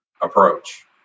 approach